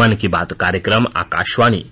मन की बात कार्यक्रम आकाशवाणी